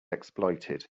exploited